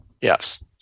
Yes